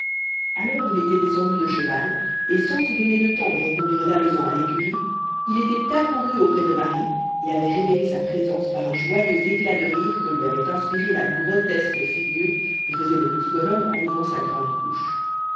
alors il était descendu de cheval et sans se donner le temps de reconduire l'alezan à l'écurie il était accouru auprès de marie et avait révélé sa présence par un joyeux éclat de rire que lui avait inspiré la grotesque figure que faisait le petit bonhomme en ouvrant sa grande bouche